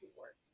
work